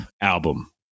album